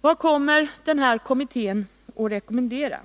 Vad kommer denna kommitté att rekommendera?